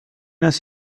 است